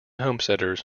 homesteaders